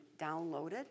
downloaded